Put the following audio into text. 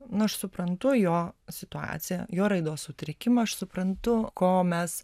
nu aš suprantu jo situaciją jo raidos sutrikimą aš suprantu ko mes